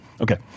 Okay